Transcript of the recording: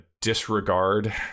disregard